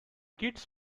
kids